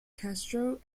castro